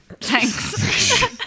Thanks